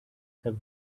have